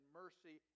mercy